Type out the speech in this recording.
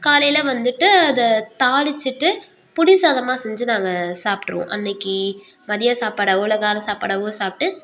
காலையில் வந்துட்டு அதை தாளித்துட்டு புளிசாதமாக செஞ்சு நாங்கள் சாப்பிட்ருவோம் அன்றைக்கி மதிய சாப்பாடாகவோ இல்லை காலை சாப்பாடாகவோ சாப்பிட்டு